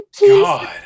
God